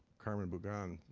carmen bugan,